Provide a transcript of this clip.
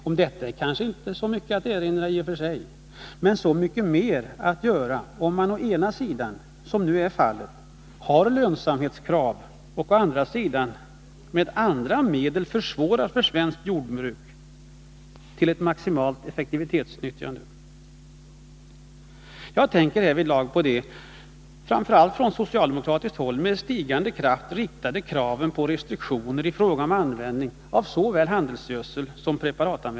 Om detta är det kanske inte så mycket att säga i och för sig, men det är det om man å ena sidan, som nu är fallet, har lönsamhetskrav och å andra sidan försvårar för svenskt jordbruk att uppnå ett maximalt effektivitetsutnyttjande. Jag tänker härvidlag på de från framför allt socialdemokratiskt håll med stigande kraft framställda kraven på restriktioner i fråga om användningen av såväl handelsgödsel som preparat.